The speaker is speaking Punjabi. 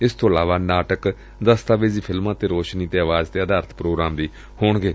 ਇਸ ਤੋਂ ਇਲਾਵਾ ਨਾਟਕ ਦਸਤਾਵੇਜ਼ੀ ਫਿਲਮਾਂ ਅਤੇ ਰੌਸ਼ਨੀ ਤੇ ਆਵਾਜ਼ ਅਧਾਰਿਤ ਪ੍ਰੋਗਰਾਮ ਕਰਵਾਏ ਜਾਣਗੇ